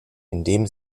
indem